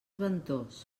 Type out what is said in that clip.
ventós